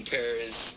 Paris